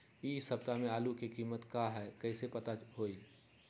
इ सप्ताह में आलू के कीमत का है कईसे पता होई?